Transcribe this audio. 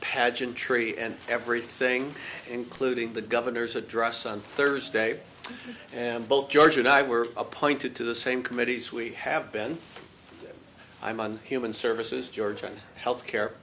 pageantry and everything including the governor's address on thursday and both george and i were appointed to the same committees we have been i'm on human services georgian health care